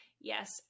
yes